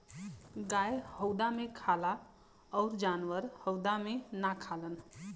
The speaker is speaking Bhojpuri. गाय हउदा मे खाला अउर जानवर हउदा मे ना खालन